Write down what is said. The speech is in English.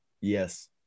Yes